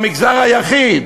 המגזר היחיד.